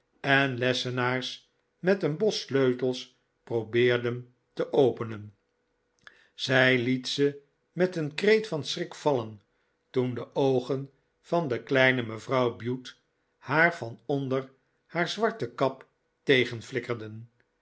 en lessenaars met een bos sleutels probeerde te openen zij liet ze met een kreet van schrik vallen toen de oogen van de kleine mevrouw bute haar van ondcr haar zwarte kap